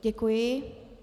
Děkuji.